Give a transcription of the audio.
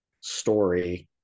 story